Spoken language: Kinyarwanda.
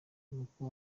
nuko